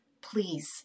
Please